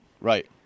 Right